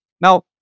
Now